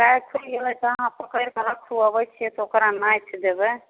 गाय खुलि गेलै तऽ आहाँ पकड़िके रक्खू अबै छियै तऽ ओकरा नाथि देबै